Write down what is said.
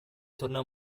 torneo